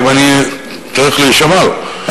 האם אני צריך להישמע לו?